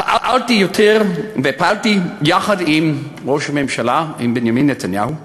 פעלתי יחד עם ראש הממשלה, עם בנימין נתניהו,